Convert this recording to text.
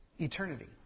eternity